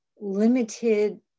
limited